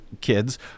kids